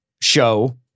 show